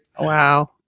Wow